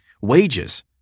Wages